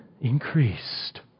increased